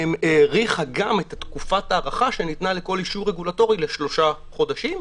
והאריכה גם את תקופת ההארכה שניתנה לכל אישור רגולטורי לשלושה חודשים,